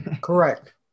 correct